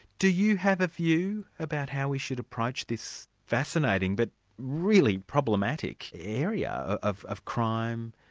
do you have a view about how we should approach this fascinating but really problematic area of of crime,